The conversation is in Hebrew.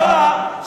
הגאולה,